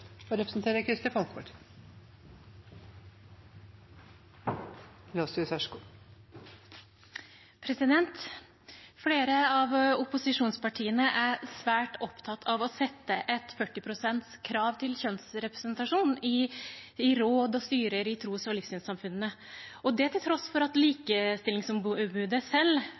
svært opptatt av å sette et 40 pst.-krav til kjønnsrepresentasjon i råd og styrer i tros- og livssynssamfunnene, og det til tross for at likestillingsombudet selv,